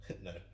No